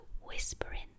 whispering